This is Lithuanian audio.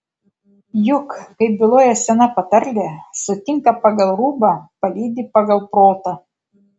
juk kaip byloja sena patarlė sutinka pagal rūbą palydi pagal protą